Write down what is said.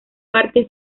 parque